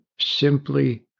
simply